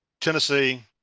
Tennessee